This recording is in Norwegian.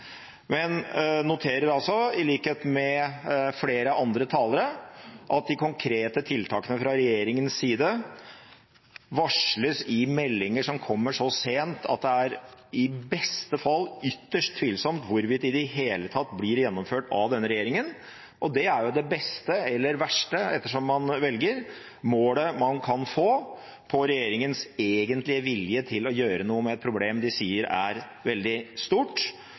men noterer altså, i likhet med flere andre talere, at de konkrete tiltakene fra regjeringens side varsles i meldinger som kommer så sent at det i beste fall er ytterst tvilsomt hvorvidt de i det hele tatt blir gjennomført av denne regjeringen. Det er jo det beste – eller verste, ettersom man velger – målet man kan få på regjeringens egentlige vilje til å gjøre noe med et problem de sier er veldig stort.